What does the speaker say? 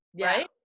right